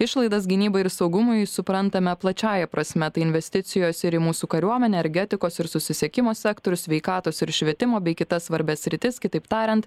išlaidas gynybai ir saugumui suprantame plačiąja prasme tai investicijos ir į mūsų kariuomenę ergetikos ir susisiekimo sektorius sveikatos ir švietimo bei kitas svarbias sritis kitaip tariant